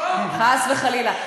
חס וחלילה.